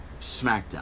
Smackdown